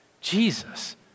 Jesus